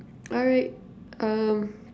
alright um